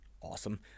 awesome